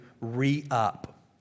re-up